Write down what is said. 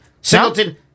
Singleton